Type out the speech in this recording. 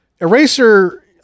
Eraser